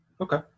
Okay